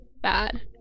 bad